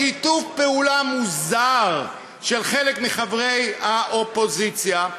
בשיתוף פעולה מוזר של חלק מחברי האופוזיציה,